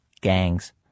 gangs